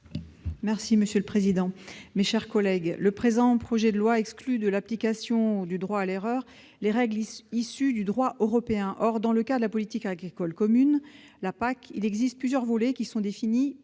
présenter l'amendement n° 9 rectifié. Le présent projet de loi exclut de l'application du droit à l'erreur les règles issues du droit européen. Or, dans le cas de la politique agricole commune, la PAC, il existe plusieurs volets définis